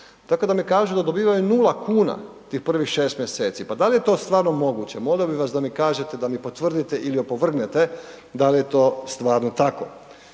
Tako da mi kažu da dobivaju 0 kuna tih prvih 6 mj., pa da li je to stvarno moguće, molio bi vas mi kažete, da mi potvrdite ili opovrgnete da li je to stvarno tako.